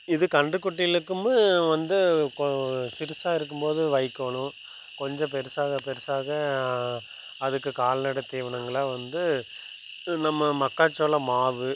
இது கன்றுக்குட்டிகளுக்கும் வந்து கொ சிறுசாக இருக்கும்போது வைக்கோலும் கொஞ்சம் பெருசாக பெருசாக அதுக்கு கால்நடை தீவனங்களா வந்து நம்ம மக்காச்சோள மாவு